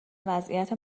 وضعیت